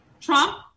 Trump